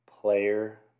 player